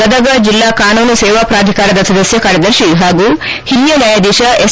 ಗದಗ ಜಿಲ್ಲಾ ಕಾನೂನು ಸೇವಾ ಪ್ರಾಧಿಕಾರದ ಸದಸ್ಯ ಕಾರ್ಯದರ್ತಿ ಹಾಗೂ ಹಿರಿಯ ನ್ಯಾಯಾಧೀಶ ಎಸ್